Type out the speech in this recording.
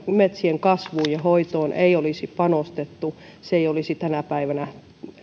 metsien kasvuun ja hoitoon ei olisi panostettu se ei olisi tänä päivänä